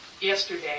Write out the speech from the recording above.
yesterday